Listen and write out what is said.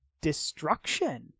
destruction